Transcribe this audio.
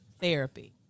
therapy